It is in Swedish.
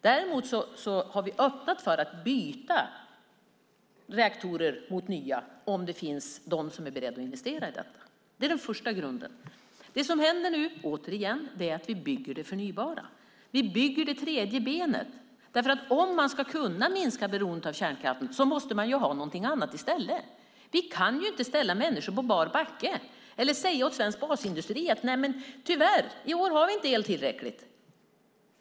Däremot har vi öppnat för att byta reaktorer mot nya om det finns någon som är beredd att investera i detta. Det är den första grunden. Det som händer nu - återigen - är att vi bygger det förnybara. Vi bygger det tredje benet. Om man ska kunna minska beroendet av kärnkraften måste man ha någonting annat i stället. Vi kan inte ställa människor på bar backe eller säga åt svensk basindustri att tyvärr har vi inte tillräckligt med el i år.